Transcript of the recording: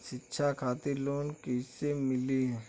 शिक्षा खातिर लोन कैसे मिली?